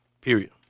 Period